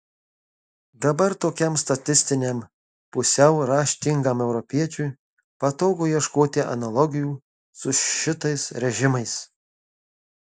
dabar tokiam statistiniam pusiau raštingam europiečiui patogu ieškoti analogijų su šitais režimais